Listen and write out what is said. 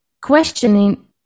questioning